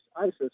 ISIS